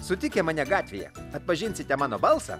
sutikę mane gatvėje atpažinsite mano balsą